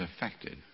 affected